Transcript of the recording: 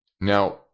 Now